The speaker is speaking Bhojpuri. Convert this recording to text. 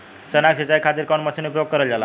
चना के सिंचाई खाती कवन मसीन उपयोग करल जाला?